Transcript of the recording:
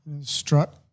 Strut